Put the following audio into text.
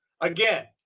Again